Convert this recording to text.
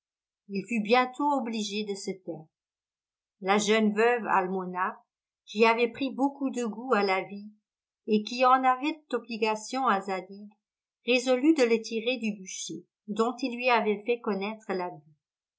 il fut bientôt obligé de se taire la jeune veuve almona qui avait pris beaucoup de goût à la vie et qui en avait obligation à zadig résolut de le tirer du bûcher dont il lui avait fait connaître l'abus elle